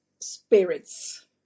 spirits